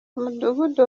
umudugudu